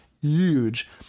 huge